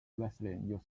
wesleyan